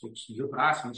toks dviprasmis